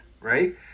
right